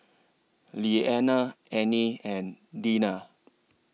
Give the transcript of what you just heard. Liana Anie and Deena